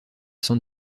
san